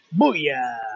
Booyah